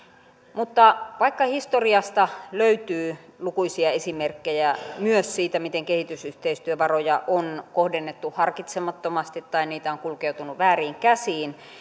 mutta vaikka historiasta löytyy lukuisia esimerkkejä myös siitä miten kehitysyhteistyövaroja on kohdennettu harkitsemattomasti tai niitä on kulkeutunut vääriin käsiin